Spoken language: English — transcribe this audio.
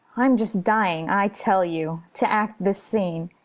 i'm just dying, i tell you, to act this scene.